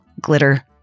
glitter